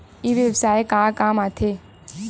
ई व्यवसाय का काम आथे?